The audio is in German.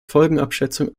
folgenabschätzung